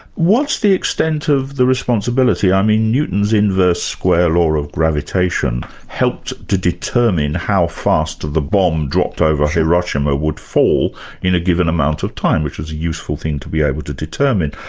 what's the extent of the responsibility? i mean newton's inverse square or of gravitation helped to determine how fast the bomb dropped over hiroshima would fall in a given amount of time, which is a useful thing to be able to determine.